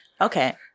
Okay